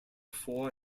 four